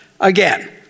Again